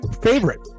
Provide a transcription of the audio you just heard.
favorite